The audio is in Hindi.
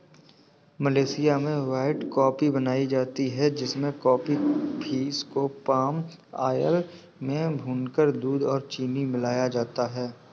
मलेशिया में व्हाइट कॉफी बनाई जाती है जिसमें कॉफी बींस को पाम आयल में भूनकर दूध और चीनी मिलाया जाता है